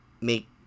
make